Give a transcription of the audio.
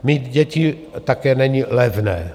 Mít děti také není levné.